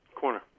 corner